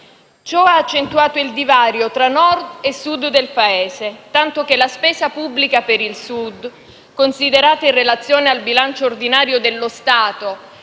Ciò ha accentuato il divario tra Nord e Sud del Paese, tanto che la spesa pubblica per il Sud, considerata in relazione al bilancio ordinario dello Stato